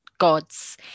gods